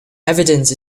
evidence